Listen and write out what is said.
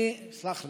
תסלח לי,